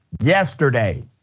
yesterday